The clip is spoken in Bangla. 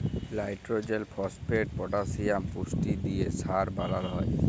লাইট্রজেল, ফসফেট, পটাসিয়াম পুষ্টি দিঁয়ে সার বালাল হ্যয়